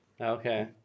Okay